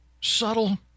subtle